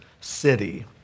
city